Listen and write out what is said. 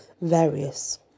various